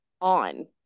on